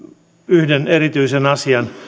yhden erityisen asian